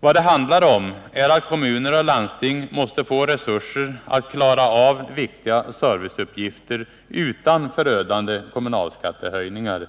Vad det handlar om är att kommuner och landsting måste få resurser att klara av viktiga serviceuppgifter utan förödande kommunalskattehöjningar.